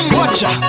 Watcha